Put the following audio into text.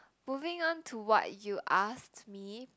moving on to what you asked me